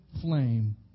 flame